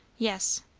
yes.